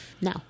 Now